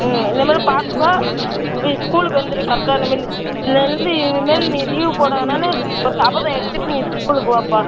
ம் இனிமேல் பார்த்துக்கோ வி ஸ்கூலுக்கு வந்துரு கரெக்டாக இனிமேல் இன்னைலேந்து இனிமேல் நீ லீவ் போட வேணான்னு ஒரு சபதம் எடுத்துவிட்டு நீ ஸ்கூலுக்கு வாப்பா